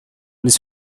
his